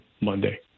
monday